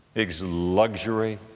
its luxury,